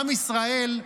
עם ישראל,